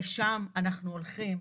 לשם אנחנו הולכים,